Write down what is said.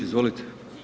Izvolite.